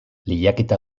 lehiaketa